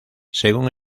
según